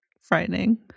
frightening